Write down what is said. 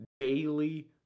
daily